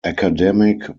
academic